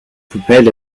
prepared